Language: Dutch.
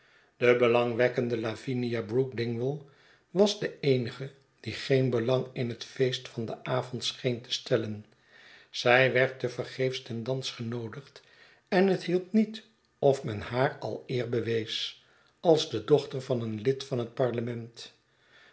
de belangwekkende lavinia brook dingwall was de eenige die geen belang in het feest van den avond scheen te stellen zij werd te vergeefs ten dans genoodigd en het hielp niet of men haar al eer bewees als de dochter van een lid van het parlement